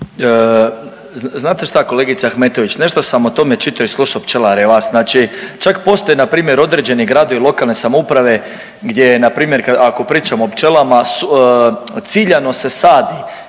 Znate šta kolegice Ahmetović, nešto sam o tome čitao i slušao pčelare, vas. Znači čak postoje npr. određeni gradovi i lokalne samouprave gdje npr. ako pričamo o pčelama ciljano se sadi